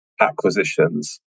acquisitions